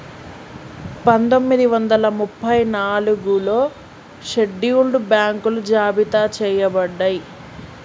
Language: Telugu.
పందొమ్మిది వందల ముప్పై నాలుగులో షెడ్యూల్డ్ బ్యాంకులు జాబితా చెయ్యబడ్డయ్